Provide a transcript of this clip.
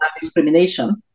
discrimination